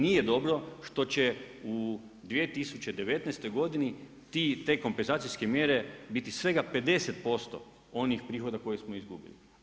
Nije dobro što će u 2019. godini, te kompenzacijske mjere biti svega 50% onih prihoda koje smo izgubili.